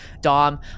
Dom